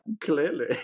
Clearly